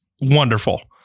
wonderful